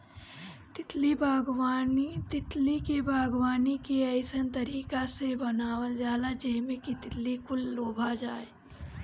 तितली के बागवानी के अइसन तरीका से बनावल जाला जेमें कि तितली कुल लोभा जाये